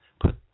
put